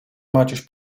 maciuś